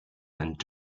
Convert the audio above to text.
and